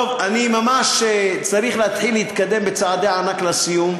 טוב, אני ממש צריך להתחיל להתקדם בצעדי ענק לסיום.